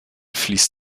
fließt